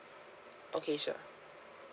okay sure